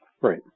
Right